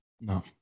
No